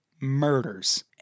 murders